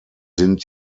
sind